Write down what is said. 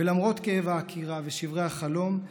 ולמרות כאב העקירה ושברי החלום,